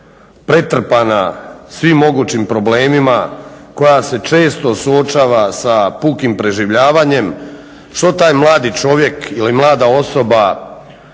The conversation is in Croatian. pretrpana svim mogućim problemima, koja se često suočava sa pukim preživljavanjem, što taj mladi čovjek ili mlada osoba